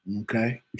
okay